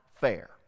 fair